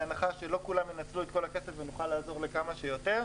בהנחה שלא כולם ינצלו את כל הכסף ונוכל לעזור לכמה שיותר.